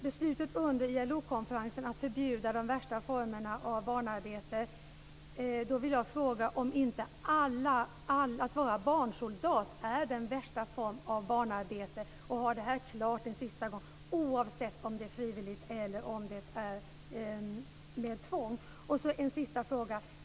Beslutet under ILO-konferensen var att förbjuda de värsta formerna av barnarbete, och då vill jag fråga om det inte är den värsta formen av barnarbete att vara barnsoldat, oavsett om det är frivilligt eller med tvång.